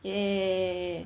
ya ya ya ya